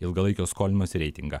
ilgalaikio skolinimosi reitingą